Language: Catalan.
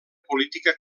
política